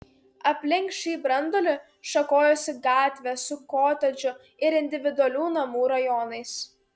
aplink šį branduolį šakojosi gatvės su kotedžų ir individualių namų rajonais